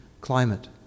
climate